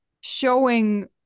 showing